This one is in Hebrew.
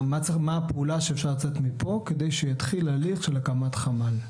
מה הפעולה שאפשר לצאת מפה כדי שיתחיל ההליך של הקמת חמ"ל?